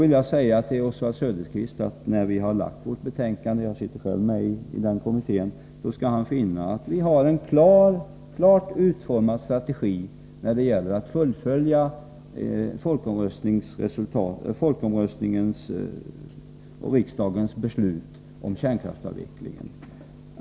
Men när kommittén, som jag själv ingår i, lägger fram sitt betänkande, då skall Oswald Söderqvist finna att strategin är klart utformad när det gäller att leva upp till resultatet av folkomröstningen och fullfölja riksdagens beslut om kärnkraftsavvecklingen.